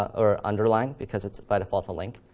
or underline, because it's by default a link,